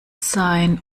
sein